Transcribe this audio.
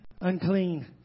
unclean